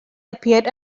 appeared